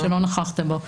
שלא נכחת בו.